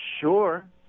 sure